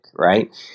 right